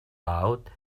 out